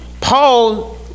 paul